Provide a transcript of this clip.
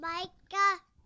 Micah